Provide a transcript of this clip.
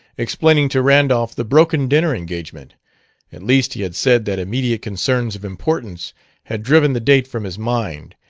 explaining to randolph the broken dinner-engagement at least he had said that immediate concerns of importance had driven the date from his mind,